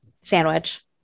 Sandwich